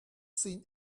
seen